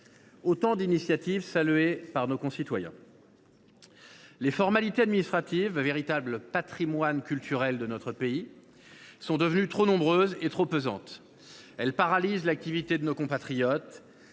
autant d’initiatives saluées par nos concitoyens. Les formalités administratives, véritable patrimoine culturel de notre pays, sont devenues trop nombreuses et trop pesantes. Elles paralysent l’activité de nos compatriotes.